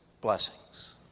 blessings